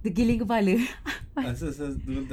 dia geleng kepala